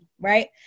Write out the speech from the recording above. right